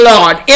Lord